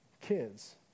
kids